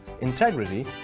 integrity